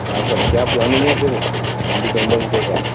हाँ सर क्या प्लानिंग है फिर इंडिपेंडेंस का